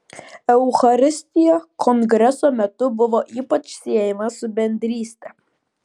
eucharistija kongreso metu buvo ypač siejama su bendryste